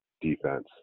defense